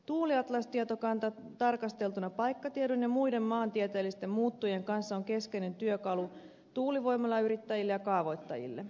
tuuliatlas tietokanta tarkasteltuna paikkatiedon ja muiden maantieteellisten muuttujien kanssa on keskeinen työkalu tuulivoimalayrittäjille ja kaavoittajille